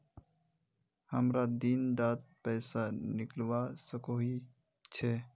हमरा दिन डात पैसा निकलवा सकोही छै?